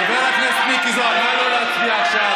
חבר הכנסת מיקי זוהר, נא לא להפריע עכשיו.